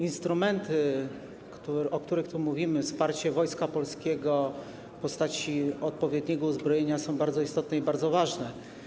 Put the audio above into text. Instrumenty, o których tu mówimy, wsparcie Wojska Polskiego w postaci odpowiedniego uzbrojenia, są bardzo istotne i bardzo ważne.